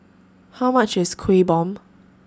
How much IS Kueh Bom